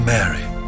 Mary